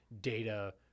data